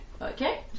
Okay